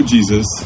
Jesus